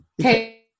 Okay